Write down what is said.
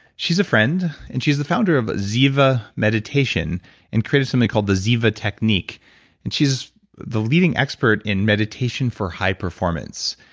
she's a friend, and she's the founder of ziva meditation and created something called the ziva technique and she's the leading expert in meditation for high performance.